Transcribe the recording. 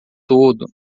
todo